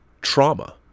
trauma